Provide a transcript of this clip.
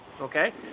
Okay